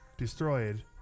destroyed